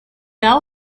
all